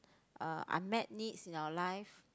uh unmet needs in our life